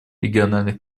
региональных